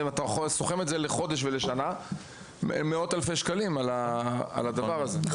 אם אתה סוכם את זה לחודש ולשנה זה מגיע למאות אלפי שקלים על הדבר הזה.